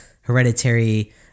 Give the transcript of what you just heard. hereditary